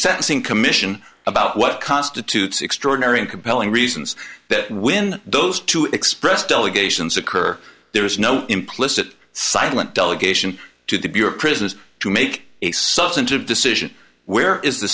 sentencing commission about what constitutes extraordinary and compelling reasons that when those two express delegations occur there is no implicit silent delegation to the bureau of prisons to make a substantive decision where is the